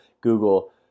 Google